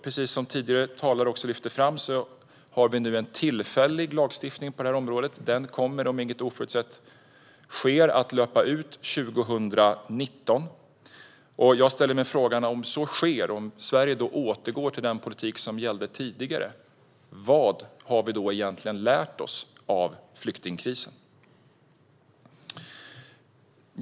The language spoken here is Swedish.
Precis som tidigare talare lyfte fram har vi nu en tillfällig lagstiftning på det här området. Den kommer om inget oförutsett sker att löpa ut 2019. Jag ställer mig frågande till vad som händer om så sker och Sverige återgår till den politik som gällde tidigare. Vad har vi då egentligen lärt oss av flyktingkrisen?